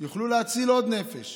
יוכלו להציל עוד נפש,